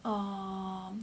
um